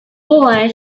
boy